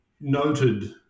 noted